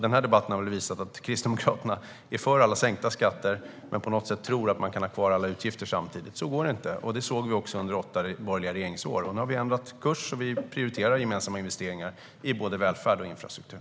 Den här debatten har väl visat att Kristdemokraterna är för alla sänkta skatter men tror att man kan ha kvar alla utgifter samtidigt. Så är det inte, och det såg vi också under åtta borgerliga regeringsår. Nu har vi ändrat kurs och prioriterar gemensamma investeringar i både välfärd och infrastruktur.